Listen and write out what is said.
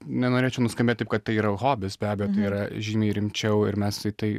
nenorėčiau nuskambėt taip kad tai yra hobis be abejo tai yra žymiai rimčiau ir mes į tai